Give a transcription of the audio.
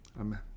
Amen